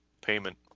payment